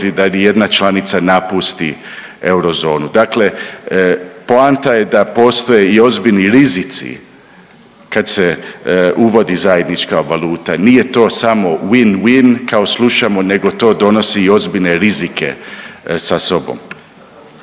da ni jedna članica napusti eurozonu. Dakle, poanta je da postoje i ozbiljni rizici kad se uvodi zajednička valuta. Nije to samo win-win kao slušamo, nego to donosi i ozbiljne rizike sa sobom.